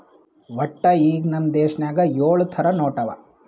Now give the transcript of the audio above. ವಟ್ಟ ಈಗ್ ನಮ್ ದೇಶನಾಗ್ ಯೊಳ್ ಥರ ನೋಟ್ ಅವಾ